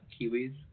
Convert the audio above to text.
kiwis